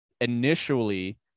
initially